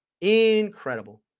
Incredible